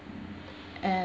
and